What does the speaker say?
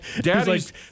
Daddy's